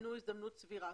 ייתנו הזדמנות סבירה.